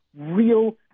real